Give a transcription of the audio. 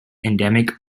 endemic